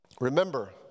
remember